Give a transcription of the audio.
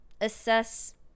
assess